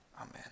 Amen